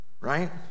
Right